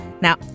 Now